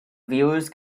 viewers